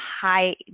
high